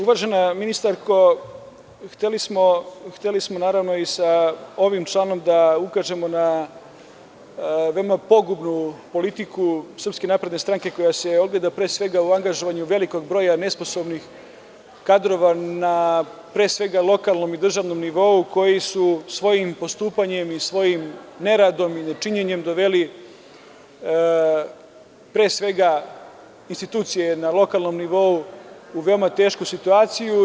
Uvažena ministarko, hteli smo i sa ovim članom da ukažemo na vrlo pogubnu politiku SNS koja se ogleda pre svega u angažovanju velikog broja nesposobnih kadrova na pre svega lokalnom i državnom nivou, koji su svojim postupanjem i svojim neradom i ne činjenjem doveli pre svega institucije na lokalnom nivou u veoma tešku situaciju.